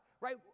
right